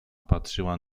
patrzyła